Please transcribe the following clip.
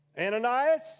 Ananias